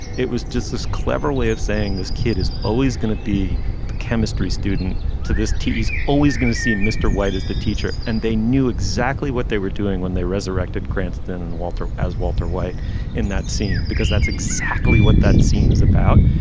it was just this clever way of saying this kid is always gonna be the chemistry student to this team is always going to see mr. white as the teacher and they knew exactly what they were doing when they resurrected cranston walter as walter white in that scene because that's exactly what that scene is about.